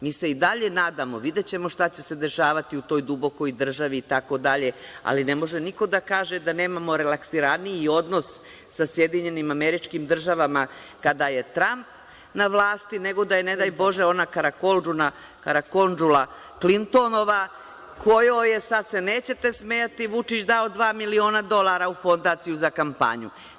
Mi se i dalje nadamo, videćemo šta će se dešavati u toj dubokoj državi itd, ali ne može niko da kaže da nemamo relaksiraniji odnos sa SAD kada je Tramp na vlasti, nego da je, ne daj bože, ona karakondžula Klintonova, kojoj je, sad se nećete smejati, Vučić dao dva miliona dolara u fondaciju za kampanju.